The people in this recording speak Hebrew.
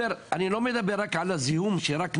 אני לא מדבר רק על הזיהום של רק נשר,